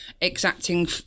exacting